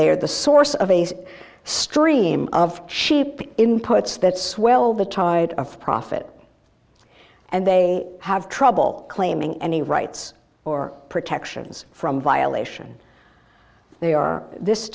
are the source of a stream of cheap inputs that swell the tide of profit and they have trouble claiming any rights or protections from a violation they are this